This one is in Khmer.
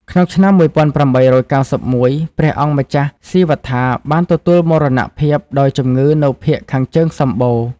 ក្នុងឆ្នាំ ១៨៩១ ព្រះអង្គម្ចាស់ស៊ីវត្ថាបានទទួលមរណភាពដោយជំងឺនៅភាគខាងជើងសំបូរ។